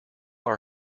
our